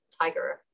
tiger